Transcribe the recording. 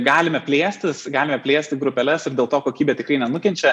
galime plėstis galime plėsti grupeles ir dėl to kokybė tikrai nenukenčia